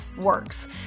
works